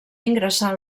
ingressar